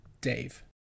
Dave